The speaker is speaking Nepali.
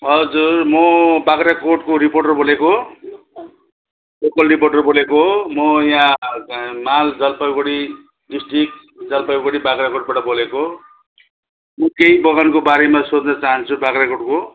हजुर म बाख्राकोटको रिपोर्टर बोलेको हो लोकल रिपोर्टर बोलेको हो म यहाँ माल जलपाइगुडी डिस्ट्रिक्ट जलपाइगुडी बाख्राकोटबाट बोलेको हो म केही बगानको बारेमा सोध्न चाहन्छु बाख्राकोटको